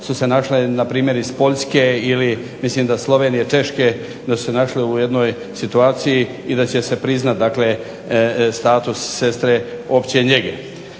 su se našle npr. iz Poljske ili mislim da Slovenije, Češke, da su se našle u jednoj situaciji i da će se priznati dakle status sestre opće njege.